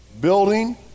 Building